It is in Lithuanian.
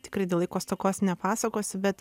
tikrai dėl laiko stokos nepasakosiu bet